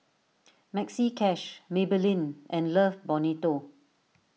Maxi Cash Maybelline and Love Bonito